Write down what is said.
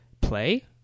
play